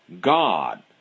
God